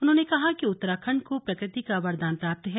उन्होंने कहा कि उत्तराखण्ड को प्रकृति का वरदान प्राप्त है